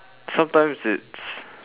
sometimes it's